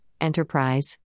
Enterprise